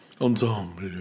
Ensemble